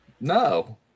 no